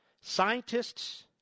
scientists